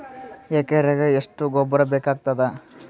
ಎಕರೆಗ ಎಷ್ಟು ಗೊಬ್ಬರ ಬೇಕಾಗತಾದ?